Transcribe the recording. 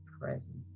present